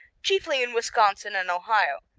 chiefly in wisconsin and ohio.